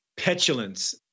Petulance